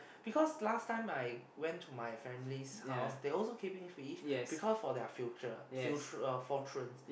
because last time I went to my family's house they also keeping fish because for their future future uh fortune